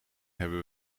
hebben